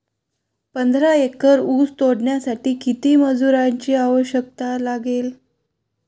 पंधरा एकर ऊस तोडण्यासाठी किती मजुरांची आवश्यकता लागेल?